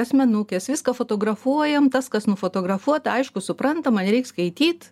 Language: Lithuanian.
asmenukes viską fotografuojam tas kas nufotografuota aišku suprantama nereik skaityt